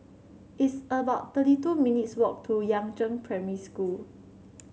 it's about thirty two minutes' walk to Yangzheng Primary School